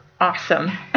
awesome